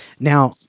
Now